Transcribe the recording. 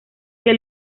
que